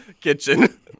kitchen